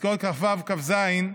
פרקים כ"ו-כ"ז,